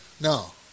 no